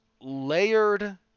layered